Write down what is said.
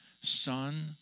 son